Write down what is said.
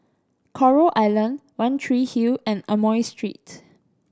Coral Island One Tree Hill and Amoy Street